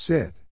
Sit